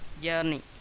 journey